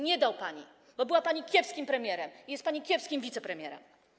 Nie dał pani, bo była pani kiepskim premierem i jest pani kiepskim wicepremierem.